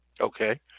Okay